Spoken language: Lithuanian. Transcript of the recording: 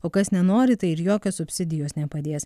o kas nenori tai ir jokios subsidijos nepadės